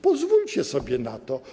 Pozwólcie sobie na to.